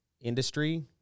industry